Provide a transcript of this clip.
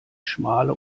schmale